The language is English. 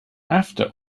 after